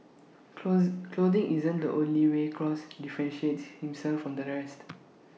close clothing isn't the only way cross differentiates himself from the rest